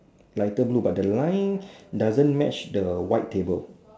lighter blue but the line doesn't match the white table